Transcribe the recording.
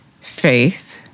faith